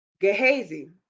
Gehazi